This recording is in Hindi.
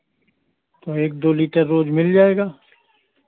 तो एक दो लीटर रोज़ मिल जाएगा